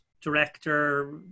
director